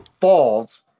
falls